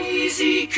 easy